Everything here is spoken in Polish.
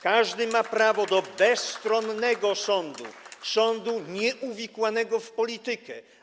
Każdy ma prawo do bezstronnego sądu, sądu nieuwikłanego w politykę.